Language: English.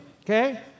Okay